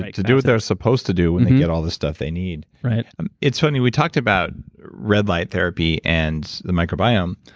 to do what they're supposed to do when they get all this stuff they need right it's funny, we talked about red light therapy and the microbiome.